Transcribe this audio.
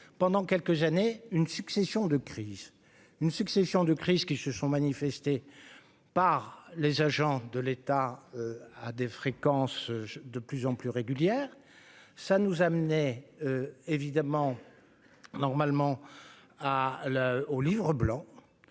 de crises, une succession de crises qui se sont manifestées par les agents de l'État à des fréquences de plus en plus régulières, ça nous amenait évidemment normalement à la au Livre blanc